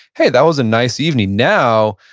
hey, that was a nice evening. now,